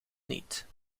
niet